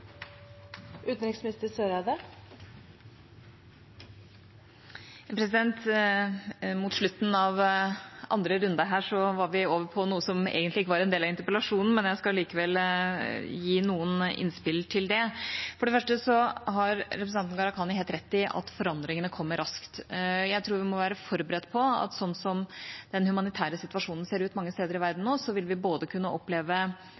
Mot slutten av andre runde her var vi over på noe som egentlig ikke var en del av interpellasjonen, men jeg skal likevel gi noen innspill til det. For det første har representanten Gharahkhani helt rett i at forandringene kommer raskt. Jeg tror vi må være forberedt på at slik som den humanitære situasjonen ser ut mange steder i verden nå, vil vi kunne oppleve